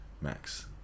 Max